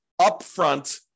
upfront